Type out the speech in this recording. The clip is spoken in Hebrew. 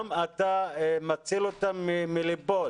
גם אתה מציל אותם מליפול